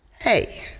Hey